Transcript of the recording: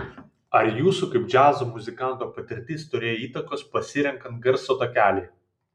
ar jūsų kaip džiazo muzikanto patirtis turėjo įtakos pasirenkant garso takelį